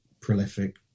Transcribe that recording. prolific